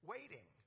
Waiting